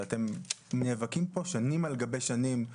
ואתם נאבקים פה שנים על גבי שנים,